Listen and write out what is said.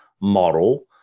model